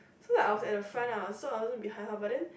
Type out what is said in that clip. so I was at the front lah so I also behind the but then